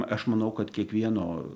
aš manau kad kiekvieno